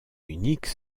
unique